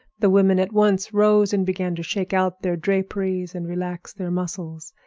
the women at once rose and began to shake out their draperies and relax their muscles.